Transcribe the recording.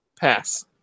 Pass